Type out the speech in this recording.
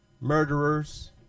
murderers